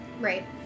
Right